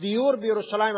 דיור בירושלים המזרחית.